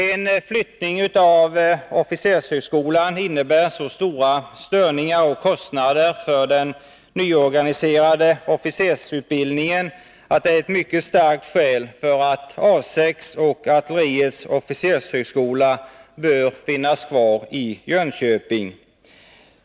En flyttning av officershögskolan innebär så stora störningar och kostnader för den nyorganiserade officersutbildningen att den utgör ett mycket starkt skäl för att A 6 och artilleriets officershögskola bör få finnas kvar i Jönköping.